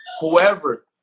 whoever